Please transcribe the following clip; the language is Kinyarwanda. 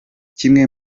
kimwe